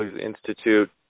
Institute